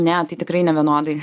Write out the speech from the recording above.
ne tai tikrai nevienodai